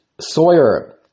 Sawyer